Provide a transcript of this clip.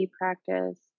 practice